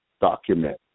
document